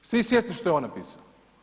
Jeste vi svjesni što je on napisao?